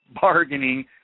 bargaining